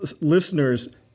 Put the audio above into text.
listeners